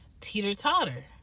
teeter-totter